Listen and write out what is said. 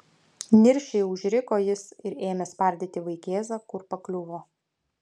niršiai užriko jis ir ėmė spardyti vaikėzą kur pakliuvo